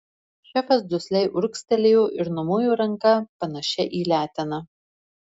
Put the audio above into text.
šefas dusliai urgztelėjo ir numojo ranka panašia į leteną